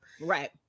Right